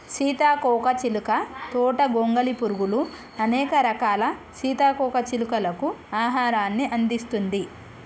సీతాకోక చిలుక తోట గొంగలి పురుగులు, అనేక రకాల సీతాకోక చిలుకలకు ఆహారాన్ని అందిస్తుంది